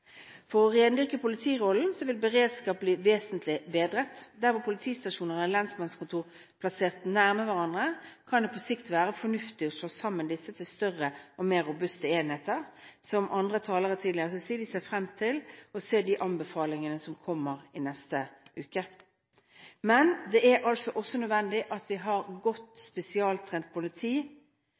For å rendyrke politirollen vil beredskapen bli vesentlig bedret. Der hvor politistasjoner og lensmannskontorer er plassert nærme hverandre, kan det på sikt være fornuftig å slå disse sammen til større og mer robuste enheter. Og som andre talere tidligere har sagt, ser vi frem til anbefalingene som kommer i neste uke. Men det er også nødvendig at vi har et godt, spesialtrent politi,